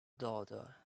daughter